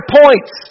points